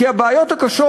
כי הבעיות הקשות,